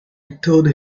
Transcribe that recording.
told